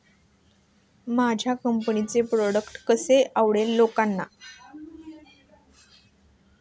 माझ्या कंपनीचे प्रॉडक्ट कसे आवडेल लोकांना?